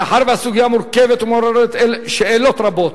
מאחר שהסוגיה מורכבת ומעוררת שאלות רבות,